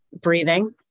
Breathing